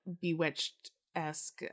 bewitched-esque